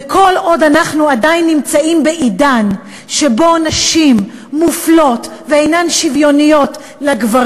כל עוד אנחנו עדיין בעידן שבו נשים מופלות ואינן שוות לגברים,